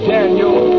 Daniel